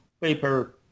paper